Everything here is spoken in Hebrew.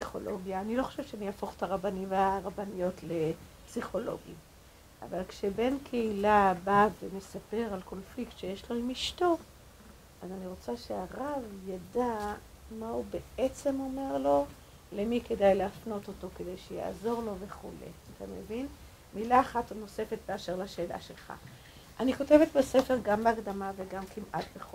פסיכולוגיה, אני לא חושבת שאני יהפוך את הרבנים והרבניות לפסיכולוגים, אבל כשבן קהילה בא ומספר על קונפליקט שיש לו עם אשתו, אז אני רוצה שהרב ידע מה הוא בעצם אומר לו למי כדאי להפנות אותו כדי שיעזור לו וכו' אתה מבין? מילה אחת נוספת באשר לשאלה שלך אני כותבת בספר גם בהקדמה וגם כמעט בכל זמן